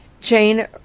Jane